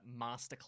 Masterclass